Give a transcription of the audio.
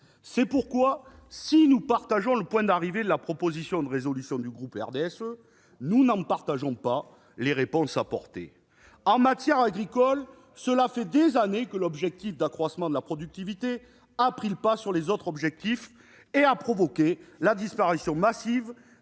C'est pourquoi, si nous partageons le point d'arrivée de la proposition de résolution du groupe RDSE, nous n'en approuvons pas les préconisations. En matière agricole, cela fait des années que l'obsession de l'accroissement de la productivité a pris le pas sur toute autre considération et a provoqué la disparition massive